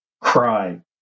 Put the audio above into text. cry